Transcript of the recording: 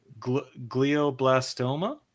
Glioblastoma